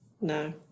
no